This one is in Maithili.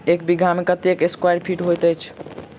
एक बीघा मे कत्ते स्क्वायर फीट होइत अछि?